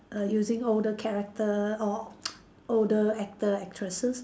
err using older character or older actor actresses